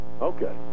Okay